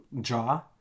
jaw